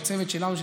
יש צוות שלנו,